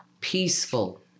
peaceful